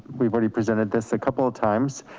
we've already presented this a couple of times.